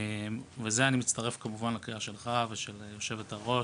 בזה אני מצטרף כמובן לקריאה שלך ושל היו"ר,